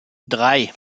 drei